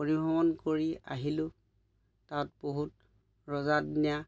পৰিভ্ৰমণ কৰি আহিলোঁ তাত বহুত ৰজাদিনীয়া